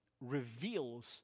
reveals